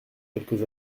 quelques